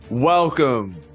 Welcome